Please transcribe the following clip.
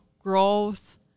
growth